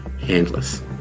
handless